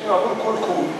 כל קוב,